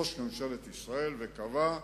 ראש ממשלת ישראל, וקבע: